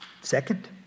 Second